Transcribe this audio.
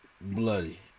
bloody